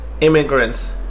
immigrants